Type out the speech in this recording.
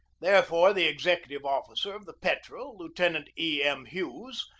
therefore, the executive officer of the petrel, lieutenant e. m. hughes,